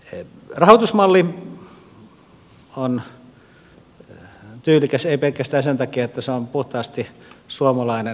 rahoitusmalli on tyylikäs ei pelkästään sen takia että se on puhtaasti suomalainen luomus